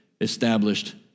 established